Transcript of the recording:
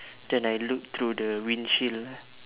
then I look through the wind shield